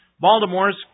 Baltimore's